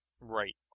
Right